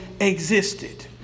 existed